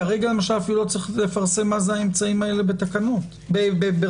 כרגע לא צריך לפרסם מה האמצעים האלה ברשומות.